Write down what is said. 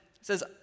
says